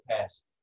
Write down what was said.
past